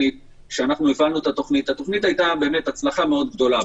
הייתה הצלחה מאוד גדולה.